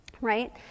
right